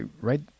right